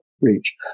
reach